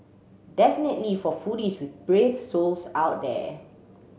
definitely for foodies with brave souls out there